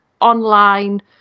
online